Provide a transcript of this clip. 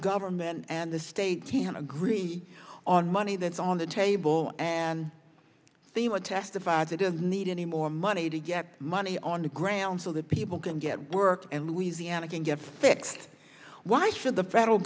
government and the state can't agree on money that's on the table and the one testified that does need any more money to get money on the ground so that people can get work and louisiana can get fixed why should the federal